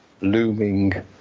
looming